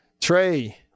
Trey